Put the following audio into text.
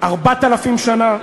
4,000 שנה.